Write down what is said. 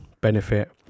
benefit